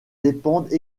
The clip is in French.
dépendent